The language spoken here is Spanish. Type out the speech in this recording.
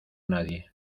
nadie